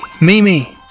Mimi